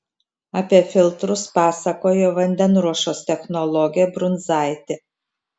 apie filtrus pasakojo vandenruošos technologė brunzaitė